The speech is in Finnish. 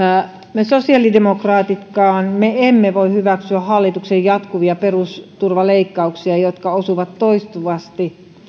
me sosiaalidemokraatitkaan emme voi hyväksyä hallituksen jatkuvia perusturvaleikkauksia jotka osuvat toistuvasti